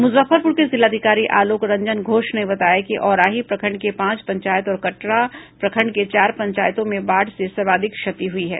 मुजफ्फरपुर के जिलाधिकारी आलोक रंजन घोष ने बताया है कि औराही प्रखंड के पांच पंचायत और कटरा प्रखंड के चार पंचायतों में बाढ़ से सर्वाधिक क्षति हुई है